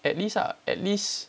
at least ah at least